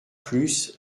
plus